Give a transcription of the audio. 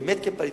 באמת פליט,